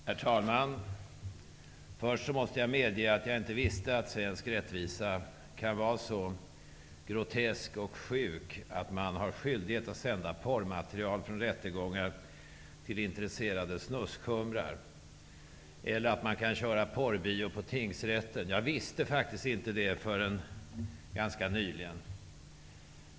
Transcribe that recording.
Herr talman! Först och främst måste jag medge att jag inte visste att svensk rättvisa kunde vara så grotesk och sjuk att det finns skyldighet att sända porrmaterial från rättegångar till intresserade snuskhumrar. Jag visste inte heller, förrän ganska nyligen, att man kunde köra porrfilm på tingsrätten.